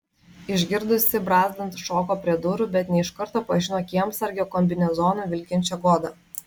išgirdusi brazdant šoko prie durų bet ne iš karto pažino kiemsargio kombinezonu vilkinčią godą